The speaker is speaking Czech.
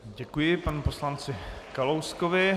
Děkuji panu poslanci Kalouskovi.